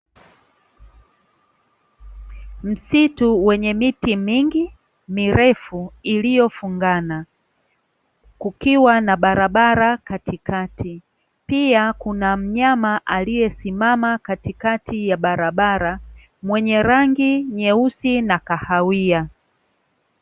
Msitu wenye miti mingi, mirefu iliyofungana kukiwa na barabara katikati. Pia kuna mnyama aliyesimama katikati ya barabara mwenye rangi nyeusi na kahawia.